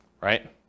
right